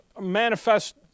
manifest